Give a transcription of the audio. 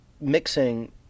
mixing